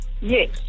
Yes